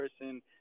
person